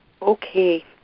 Okay